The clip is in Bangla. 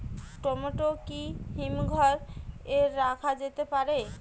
টমেটো কি হিমঘর এ রাখা যেতে পারে?